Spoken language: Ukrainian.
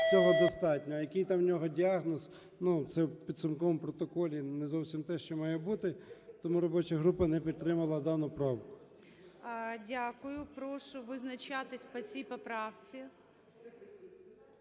цього достатньо, а який там в нього діагноз, ну, це в підсумковому протоколі не зовсім те, що має бути. Тому робоча група не підтримала дану правку. ГОЛОВУЮЧИЙ. Дякую. Прошу визначатись по цій поправці.